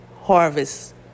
harvest